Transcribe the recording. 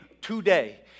today